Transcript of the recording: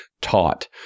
taught